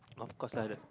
of course like the